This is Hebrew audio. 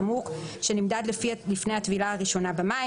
התמרוק שנמדד לפני הטבילה הראשונה במים,